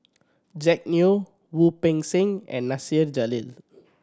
Jack Neo Wu Peng Seng and Nasir Jalil